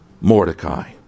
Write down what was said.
Mordecai